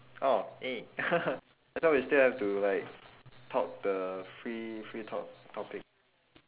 oh eh I thought we still have to like talk the free free talk topic